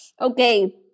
Okay